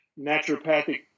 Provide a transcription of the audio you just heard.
naturopathic